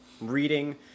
reading